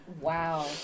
Wow